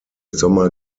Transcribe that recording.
sommer